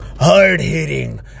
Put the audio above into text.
hard-hitting